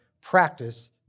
practice